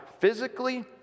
physically